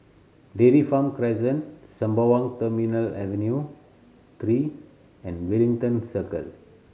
Dairy Farm Crescent Sembawang Terminal Avenue Three and Wellington Circle